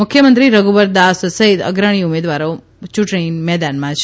મુખ્યમંત્રી રધુબર દાસ સહિત અગ્રણી ઉમેદવારો ચૂંટણી મેદાનમાં છે